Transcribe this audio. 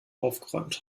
aufgeräumt